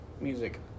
music